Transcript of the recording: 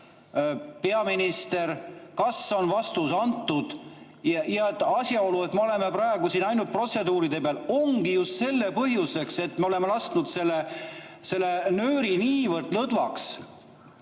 peaminister vastab, kas on vastus antud. Asjaolu, et me oleme praegu siin ainult protseduuride peal, ongi just selle [tagajärg], et me oleme selle nööri niivõrd lõdvaks